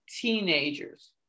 teenagers